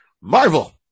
marvel